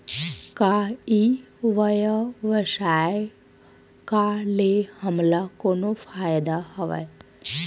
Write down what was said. का ई व्यवसाय का ले हमला कोनो फ़ायदा हवय?